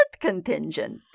contingent